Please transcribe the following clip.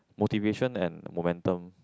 motivation and momentum